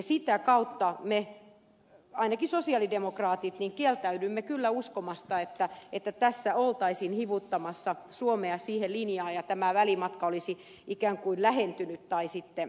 sitä kautta me ainakin sosialidemokraatit kieltäydymme kyllä uskomasta että tässä oltaisiin hivuttamassa suomea siihen linjaan ja tämä välimatka olisi ikään kuin lähentynyt tai sitten kasvanut